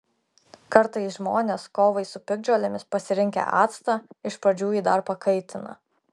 kartais žmonės kovai su piktžolėmis pasirinkę actą iš pradžių jį dar pakaitina